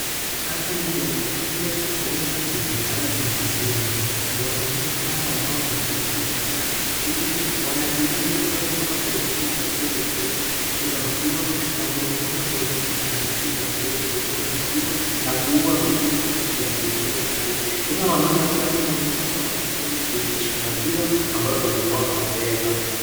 Hapa ni kwenye chumba cha kuweza kuhifadhi maziwa, waaume hawa ambao niwafanyakazi katika chumba hili, wanatilia maziwa kutoka kwenye pipa zile za kuweza kutunza maziwa na kuyamwaga kwenye chupa halisi za kuweza kutunza maziwa naku ua viini kutoka kwenye maziwa yale. Kunao wanaume pale nje pia wangoja kuingisha maziwa ambayo walikuwa wameyabeba.